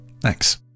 Thanks